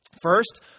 First